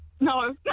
No